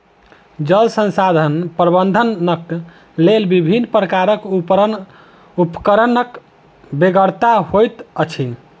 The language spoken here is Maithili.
जल संसाधन प्रबंधनक लेल विभिन्न प्रकारक उपकरणक बेगरता होइत अछि